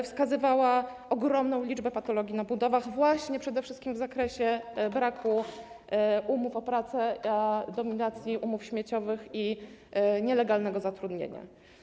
Wskazano tam ogromną liczbę patologii na budowach właśnie przede wszystkim w zakresie braku umów o pracę oraz dominacji umów śmieciowych i nielegalnego zatrudnienia.